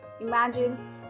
Imagine